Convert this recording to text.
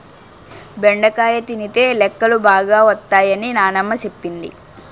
బెండకాయ తినితే లెక్కలు బాగా వత్తై అని నానమ్మ సెప్పింది